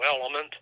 element